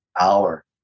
hour